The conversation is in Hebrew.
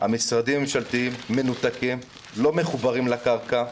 המשרדים הממשלתיים מנותקים, לא מחוברים לקרקע.